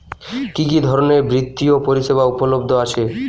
কি কি ধরনের বৃত্তিয় পরিসেবা উপলব্ধ আছে?